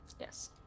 Yes